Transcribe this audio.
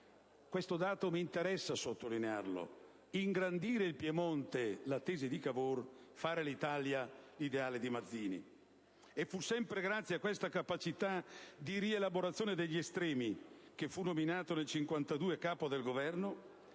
unitario. Mi interessa sottolineare questi dati: ingrandire il Piemonte (tesi di Cavour), fare l'Italia (ideale di Mazzini). E fu sempre grazie a questa capacità di rielaborazione degli estremi che fu nominato nel 1852 Capo del Governo,